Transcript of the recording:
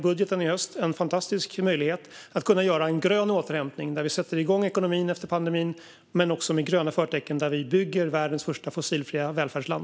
Budgeten i höst är en fantastisk möjlighet att göra en grön återhämtning där vi sätter igång ekonomin efter pandemin med gröna förtecken och bygger världens första fossilfria välfärdsland.